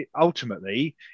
ultimately